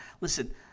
listen